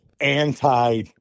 anti